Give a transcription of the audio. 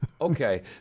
okay